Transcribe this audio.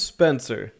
Spencer